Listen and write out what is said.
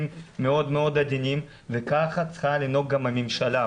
מאוד מאוד עדינים וככה צריכה לנהוג גם הממשלה.